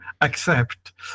accept